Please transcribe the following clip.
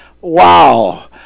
Wow